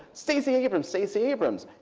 stacey abrams, stacey abrams.